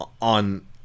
on